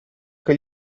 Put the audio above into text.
che